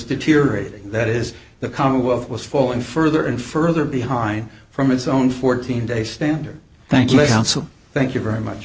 deteriorating that is the commonwealth was falling further and further behind from his own fourteen day standard thank you thank you very much